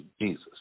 Jesus